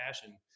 passion